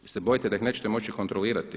Je li se bojite da ih nećete moći kontrolirati?